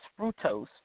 fructose